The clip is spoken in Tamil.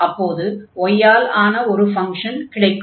அப்போது y ஆல் ஆன ஒரு ஃப்ங்ஷன் கிடைக்கும்